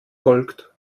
folgt